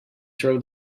throw